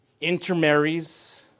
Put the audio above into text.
intermarries